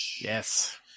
Yes